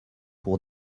pour